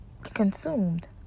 consumed